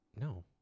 No